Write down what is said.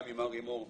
גם עם ארי מור,